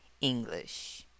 English